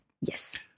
Yes